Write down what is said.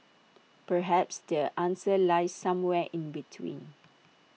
perhaps the answer lies somewhere in between